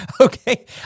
okay